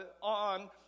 on